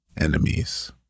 enemies